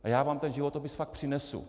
Já vám ten životopis fakt přinesu.